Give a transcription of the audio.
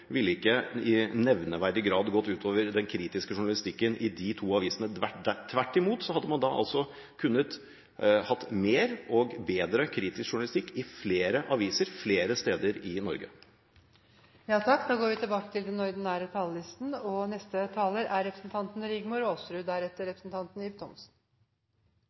ville ikke i nevneverdig grad gått ut over den kritiske journalistikken i de to avisene. Tvert imot hadde man kunnet ha mer og bedre kritisk journalistikk i flere aviser flere steder i Norge. Replikkordskiftet er omme. Mangfoldet i medielandskapet har stor betydning for det norske demokratiet. Frie medier og retten til å ytre seg gjennom det skrevne ord er en grunnleggende verdi for ethvert demokratisk samfunn. Nyhets- og